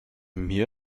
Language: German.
mir